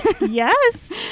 yes